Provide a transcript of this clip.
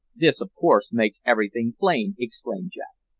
this, of course, makes everything plain, exclaimed jack.